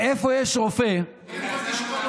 קודם תשתול לו